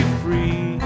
free